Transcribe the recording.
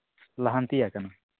ᱞᱟᱦᱟᱱᱛᱤᱭᱟᱠᱟᱱᱟ